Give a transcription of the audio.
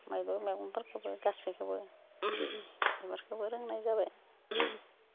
मैद्रु मैगंफोरखौबो गासैखोबो बिफोरखौबो रोंनाय जाबाय